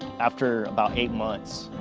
after about eight months,